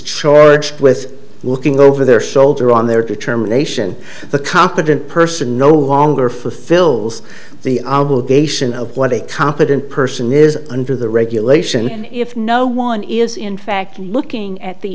charged with looking over their shoulder on their determination the competent person no longer fulfills the obligation of what a competent person is under the regulation and if no one is in fact looking at the